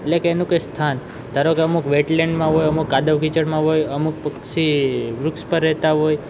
એટલે કે એનું કોઈ સ્થાન ધારો કે અમુક વેટલેન્ડમાં હોય અમુક કાદવ કિચડમાં હોય અમુક પક્ષી વૃક્ષ પર રહેતા હોય